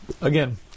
again